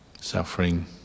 suffering